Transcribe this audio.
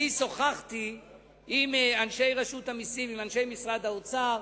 שוחחתי עם אנשי רשות המסים, עם אנשי משרד האוצר,